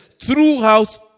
Throughout